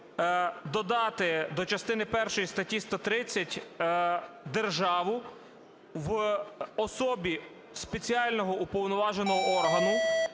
додати частини першої статті 130: "держава, в особі спеціального уповноваженого органу,